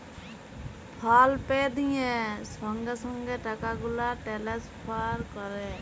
ফল পে দিঁয়ে সঙ্গে সঙ্গে টাকা গুলা টেলেসফার ক্যরে